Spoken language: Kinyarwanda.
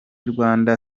rwanda